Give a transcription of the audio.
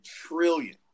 trillion